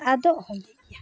ᱟᱫᱚᱜ ᱦᱚᱸ